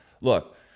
look